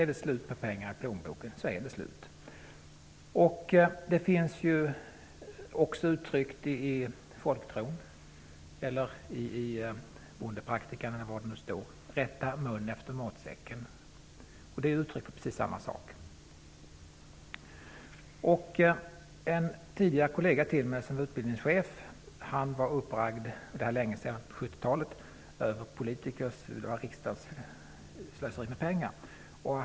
Är det slut på pengarna i plånboken så är det slut. Det finns ju också ett uttryck i folktron, eller om det var i bondepraktikan, att rätta mun efter matsäcken. Det är uttryck för precis samma sak. En tidigare kollega till mig som är utbildningschef var -- det var länge sedan, på 70-talet -- uppbragd över riksdagens slöseri med pengar.